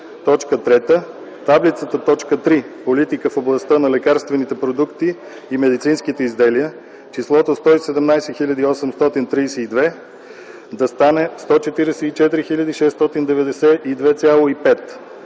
таблицата, т. 3 „Политика в областта на лекарствените продукти и медицинските изделия”, числото „117 832,0” да стане „144 692,5”;